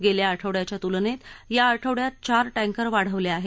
गेल्या आठवड्याच्या तूलनेत या आठवड्यात चार टँकर वाढवले आहेत